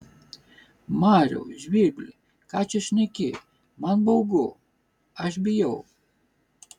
mariau žvirbli ką čia šneki man baugu aš bijau